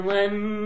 one